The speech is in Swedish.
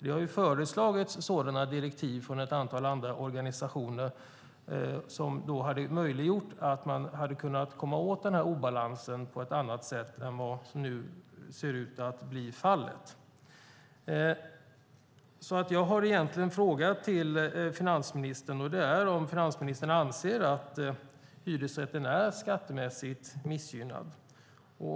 Det har föreslagits sådana direktiv från ett antal andra organisationer som hade möjliggjort att man hade kunnat komma åt den här obalansen på ett annat sätt än vad som nu ser ut att bli fallet. Jag har en fråga till finansministern: Anser finansministern att hyresrätten är skattemässigt missgynnad?